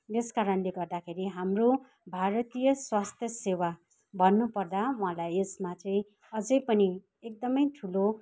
यस कारणले गर्दाखेरि हाम्रो भारतीय स्वास्थ्य सेवा भन्नु पर्दा मलाई यसमा चाहिँ अझै पनि एकदमै ठुलो